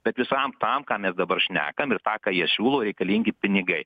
bet visam tam ką mes dabar šnekam ir tą ką jie siūlo reikalingi pinigai